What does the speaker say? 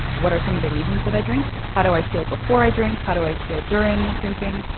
what are some of the reasons that i drink? how do i feel before i drink? how do i feel during drinking?